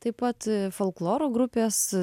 taip pat folkloro grupės